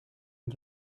and